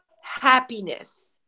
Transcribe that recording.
happiness